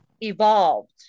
evolved